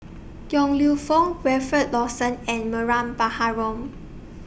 Yong Lew Foong Wilfed Lawson and Mariam Baharom